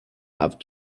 have